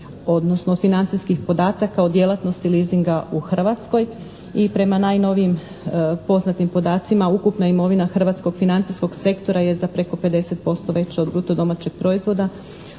odnosno financijskih podataka od djelatnosti leasinga u Hrvatskoj i prema najnovijim poznatim podacima ukupna imovina hrvatskog financijskog sektora je za preko 50% veća od bruto domaćeg proizvoda.